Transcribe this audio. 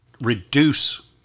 Reduce